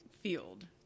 field